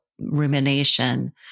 rumination